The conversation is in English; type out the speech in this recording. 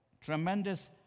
tremendous